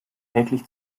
täglich